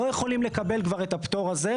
לא יכולים כבר לקבל את הפטור הזה,